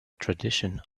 tradition